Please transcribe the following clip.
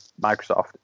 microsoft